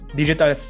digital